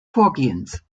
vorgehens